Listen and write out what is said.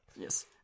Yes